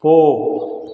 போ